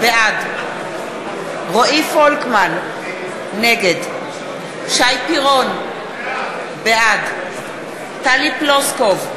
בעד רועי פולקמן, נגד שי פירון, בעד טלי פלוסקוב,